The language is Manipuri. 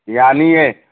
ꯌꯥꯅꯤꯌꯦ